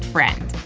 friend.